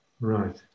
Right